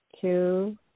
two